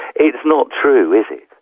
it's not true, is it.